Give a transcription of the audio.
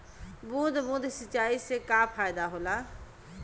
बूंद बूंद सिंचाई से का फायदा होला?